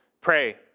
Pray